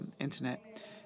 internet